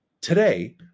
Today